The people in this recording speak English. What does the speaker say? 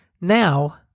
Now